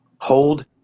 hold